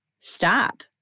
Stop